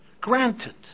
Granted